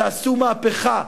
תעשו מהפכה.